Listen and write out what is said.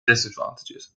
disadvantages